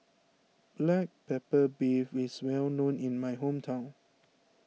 Black Pepper Beef is well known in my hometown